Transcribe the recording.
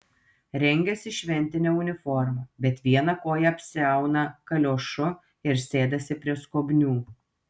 rengiasi šventine uniforma bet vieną koją apsiauna kaliošu ir sėdasi prie skobnių